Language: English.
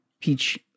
Peach